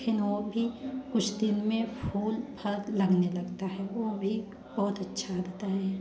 फिर वो भी कुछ दिन में फूल फल लगने लगता हैं वो भी बहुत अच्छा लगता है